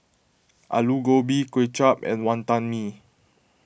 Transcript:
Aloo Gobi Kway Chap and Wantan Mee